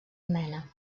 mena